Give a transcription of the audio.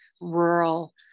rural